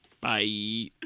Bye